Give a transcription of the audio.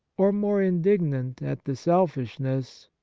or more indignant at the selfishness,